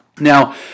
Now